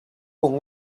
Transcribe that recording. con